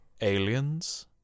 aliens